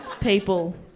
People